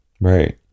right